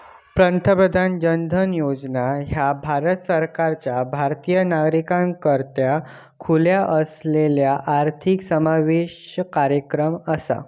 प्रधानमंत्री जन धन योजना ह्या भारत सरकारचा भारतीय नागरिकाकरता खुला असलेला आर्थिक समावेशन कार्यक्रम असा